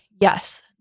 yes